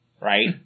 Right